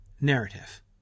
narrative